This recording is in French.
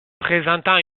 présentant